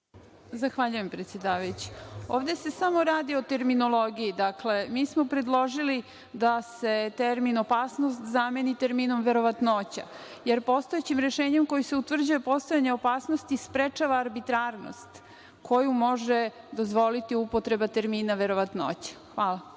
Zahvaljujem predsedavajući. Ovde se samo radi o terminologiji. Dakle, mi smo predložili da se termin „opasnost“ zameni terminom „verovatnoća“, jer postojećim rešenjem kojim se utvrđuje postojanje opasnosti sprečava arbitrarnost koju može dozvoliti upotreba termina verovatnoća. Hvala